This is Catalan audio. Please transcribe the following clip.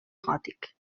gòtic